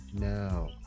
now